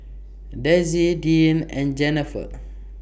Dezzie Deann and Jenifer